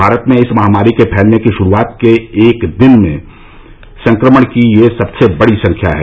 भारत में इस महामारी के फैलने की शुरुआत के बाद एक दिन में संक्रमण की यह सबसे बड़ी संख्या है